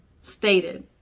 stated